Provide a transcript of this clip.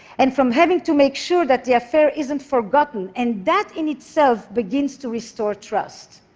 and from having to make sure that the affair isn't forgotten, and that in itself begins to restore trust.